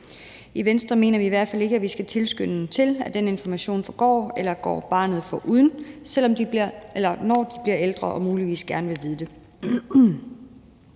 I Venstre mener vi i hvert fald ikke, at vi skal tilskynde til, at den information forgår eller går barnet forbi, når de bliver ældre og muligvis gerne vil vide det.